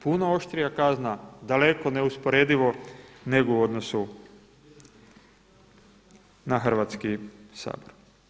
Puno oštrija kazna, daleko neusporedivo nego u odnosu na Hrvatski sabor.